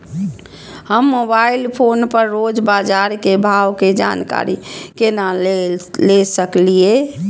हम mobile phone पर रोज बाजार के भाव के जानकारी केना ले सकलिये?